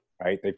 right